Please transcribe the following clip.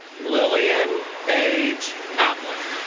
lillian paige kaplan.